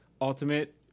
ultimate